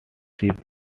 ship